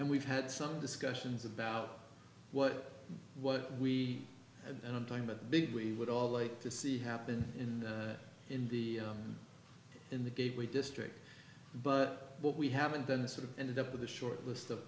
and we've had some discussions about what what we and i'm talking about big we would all like to see happen in the in the in the gateway district but what we haven't done sort of ended up with a short list of